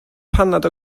paned